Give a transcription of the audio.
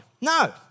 No